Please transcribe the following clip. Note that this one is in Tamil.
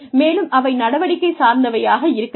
மேலும் அவை நடவடிக்கை சார்ந்தவையாக இருக்க வேண்டும்